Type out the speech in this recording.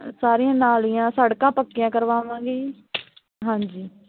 ਸਾਰੀਆਂ ਨਾਲੀਆਂ ਸੜਕਾਂ ਪੱਕੀਆਂ ਕਰਵਾਵਾਂਗੇ ਜੀ ਹਾਂਜੀ